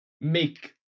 make